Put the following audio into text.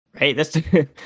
right